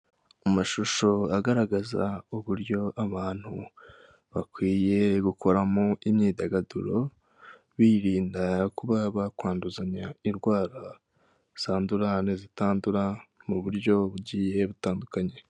Amashusho agaragaza uburyo abantu bakwiye gukoramo imyidagaduro, birinda kuba bakwanduzanya indwara zandura, n'izitandura mu buryo bugiye butandukanye.